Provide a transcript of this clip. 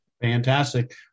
Fantastic